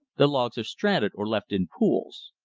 the logs are stranded or left in pools.